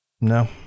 No